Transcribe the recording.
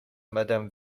madame